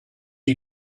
you